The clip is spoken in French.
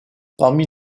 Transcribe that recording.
parmi